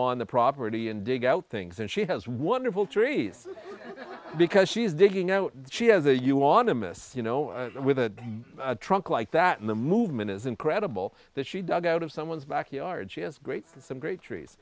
on the property and dig out things and she has wonderful trees because she's digging out she has a you want to miss you know with a trunk like that and the movement is incredible that she dug out of someone's backyard she has great some great trees